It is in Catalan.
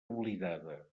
oblidada